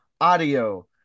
audio